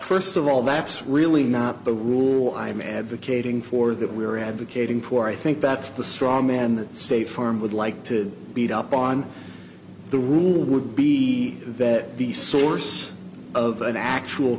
first of all that's really not the rule i'm advocating for that we're advocating for i think that's the straw man that state farm would like to beat up on the rule would be that the source of an actual